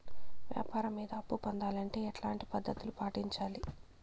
వ్యాపారం మీద అప్పు పొందాలంటే ఎట్లాంటి పద్ధతులు పాటించాలి?